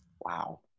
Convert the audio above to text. wow